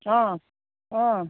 অঁ অঁ